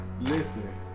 Listen